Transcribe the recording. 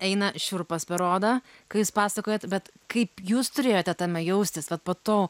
eina šiurpas per odą kai jūs pasakojat kaip jūs turėjote tame jaustis kad po tų